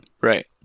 Right